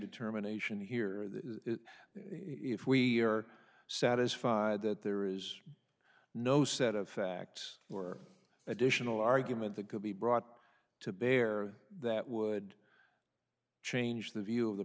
determination here that if we are satisfied that there is no set of facts or additional argument that could be brought to bear that would change the view of the